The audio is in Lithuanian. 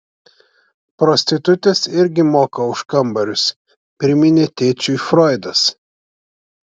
prostitutės irgi moka už kambarius priminė tėčiui froidas